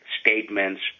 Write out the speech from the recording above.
statements